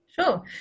Sure